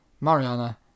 Mariana